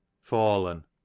Fallen